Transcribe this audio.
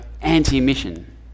anti-mission